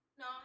No